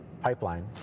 pipeline